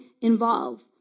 involve